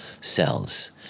cells